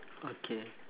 okay